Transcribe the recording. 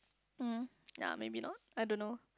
hmm yea maybe not I don't know